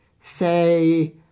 say